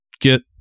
get